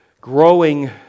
growing